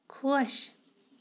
خۄش